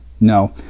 No